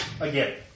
again